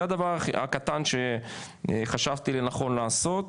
זה הדבר הקטן שחשבתי לנכון לעשות,